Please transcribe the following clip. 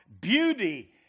beauty